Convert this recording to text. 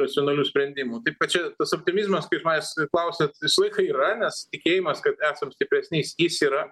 racionalių sprendimų taip kad čia tas optimizmas kai iš manęs klausiat visą laiką yra nes tikėjimas kad esam stipresniais jis yra